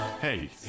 Hey